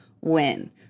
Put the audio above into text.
win